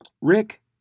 Rick